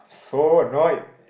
so annoyed